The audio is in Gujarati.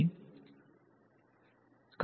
વિદ્યાર્થી ફંકશન પર આધાર રાખીને